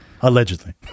Allegedly